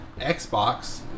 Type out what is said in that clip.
xbox